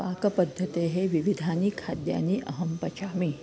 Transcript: पाकपद्धतेः विविधानि खाद्यानि अहं पचामि